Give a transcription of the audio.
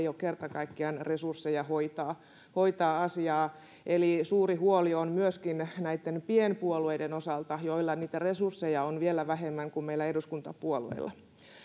kerta kaikkiaan resursseja hoitaa hoitaa asiaa eli suuri huoli on myöskin näitten pienpuolueiden osalta joilla niitä resursseja on vielä vähemmän kuin meillä eduskuntapuolueilla